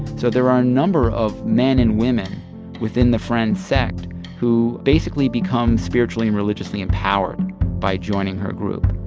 so there are a number of men and women within the friend's sect who basically become spiritually and religiously empowered by joining her group